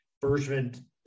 Bergman